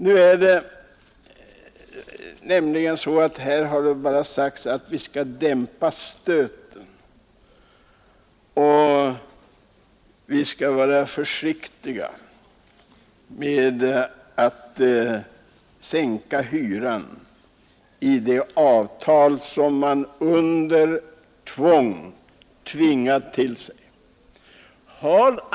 Här har det nu sagts att vi bara skall ”dämpa stöten”, men vi skall vara försiktiga med att sänka beloppen i de hyror som fastighetsägarna nu kommer att tilltvinga sig.